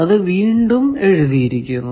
അത് വീണ്ടും എഴുതിയിരിക്കുന്നു